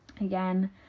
again